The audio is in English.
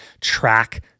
track